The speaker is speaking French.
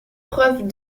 preuve